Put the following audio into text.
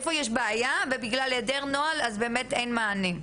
איפה יש בעיה ובגלל היעדר נוהל אז באמת אין מענה?